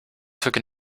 took